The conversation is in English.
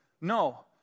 No